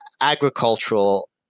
agricultural